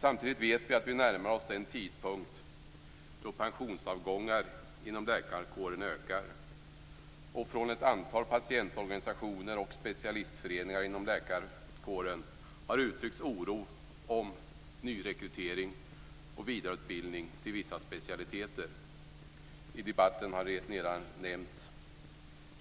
Samtidigt vet vi att vi närmar oss den tidpunkt då pensionsavgångarna inom läkarkåren ökar. Från ett antal patientorganisationer och specialistföreningar inom läkarkåren har det uttryckts oro vad gäller nyrekrytering och vidareutbildning till vissa specialiteter. I debatten har